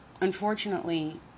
Unfortunately